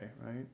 right